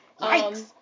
Yikes